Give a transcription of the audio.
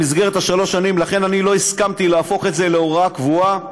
במסגרת השלוש שנים אני לא הסכמתי להפוך את זה להוראה קבועה,